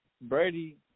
Brady